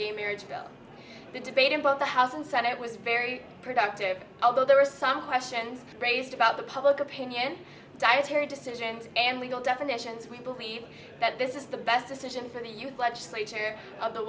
gay marriage bill the debate in both the house and senate was very productive although there were some questions raised about the public opinion dietary decisions and legal definitions we believe that this is the best decision for the youth legislature of the